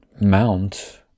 mount